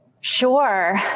Sure